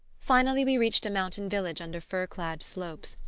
finally we reached a mountain village under fir-clad slopes,